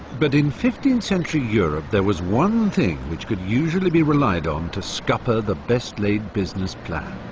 but in fifteenth century europe, there was one thing which could usually be relied on to scupper the best-laid business plans.